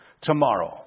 tomorrow